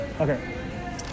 Okay